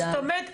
זאת אומרת,